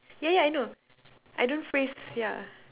yeah yeah I know I don't phrase yeah